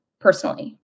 personally